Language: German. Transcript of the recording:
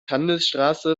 handelsstraße